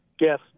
Yes